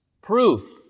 proof